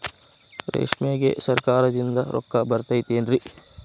ರೇಷ್ಮೆಗೆ ಸರಕಾರದಿಂದ ರೊಕ್ಕ ಬರತೈತೇನ್ರಿ?